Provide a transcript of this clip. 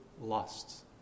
lusts